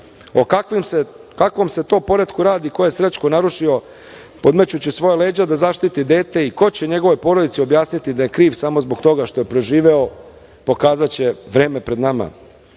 kakvom se to poretku radi koji je Srećko narušio, podmećući svoja leđa da zaštiti dete i ko će njegovoj porodici objasniti da je kriv samo zbog toga što je preživeo, pokazaće vreme pred nama.